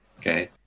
okay